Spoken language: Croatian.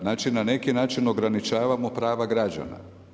Znači na neki način ograničavamo prava građana.